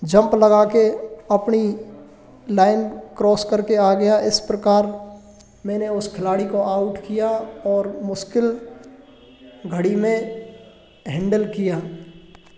jump लगा के अपनी लाइन क्रॉस करके आ गया इस प्रकार मैंने उस खिलाड़ी को आउट किया और मुश्किल घड़ी में हैंडल किया